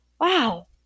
wow